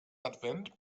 advent